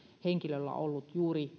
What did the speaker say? henkilöllä ollut mahdollisesti juuri